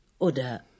oder